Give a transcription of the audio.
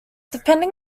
depending